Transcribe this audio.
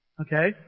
Okay